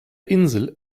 insel